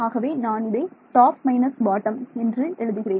ஆகவே நான் இதை டாப் மைனஸ் பாட்டம் என்று எழுதுகிறேன்